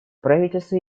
правительство